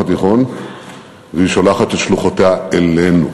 התיכון והיא שולחת את שלוחותיה אלינו.